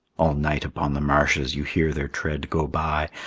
all night upon the marshes you hear their tread go by,